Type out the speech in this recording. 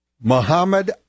Muhammad